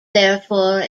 therefore